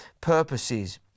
purposes